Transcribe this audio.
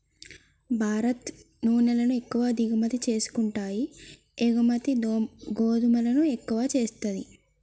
భారత్ నూనెలను ఎక్కువ దిగుమతి చేసుకుంటాయి ఎగుమతి గోధుమలను ఎక్కువ చేస్తది